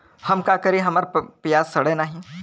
हम का करी हमार प्याज सड़ें नाही?